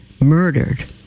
murdered